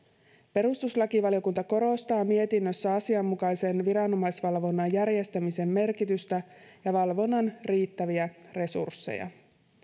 perustuslakivaliokunta korostaa mietinnössään asianmukaisen viranomaisvalvonnan järjestämisen merkitystä ja valvonnan riittäviä resursseja